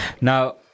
Now